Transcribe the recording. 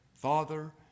father